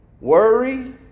worry